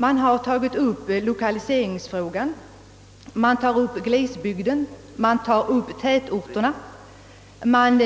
Man tar upp lokaliseringsfrågan, man tar upp glesbygden, man tar upp tätorterna, man